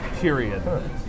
period